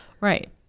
Right